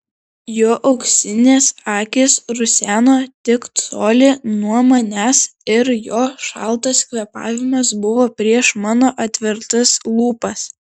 jo auksinės akys ruseno tik colį nuo manęs ir jo šaltas kvėpavimas buvo prieš mano atvertas lūpas